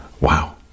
wow